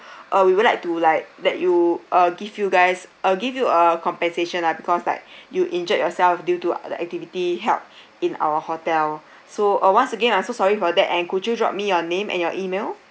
uh we would like to like that you uh give you guys uh give you a compensation lah because like you injured yourself due to the activity held in our hotel so uh once again I'm so sorry for that and could you drop me your name and your E-mail